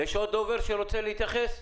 יש עוד דובר שרוצה להתייחס?